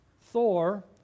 Thor